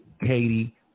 Katie